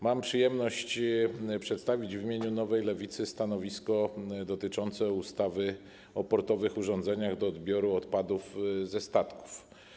Mam przyjemność przedstawić w imieniu Nowej Lewicy stanowisko dotyczące ustawy o portowych urządzeniach do odbioru odpadów ze statków.